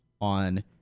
on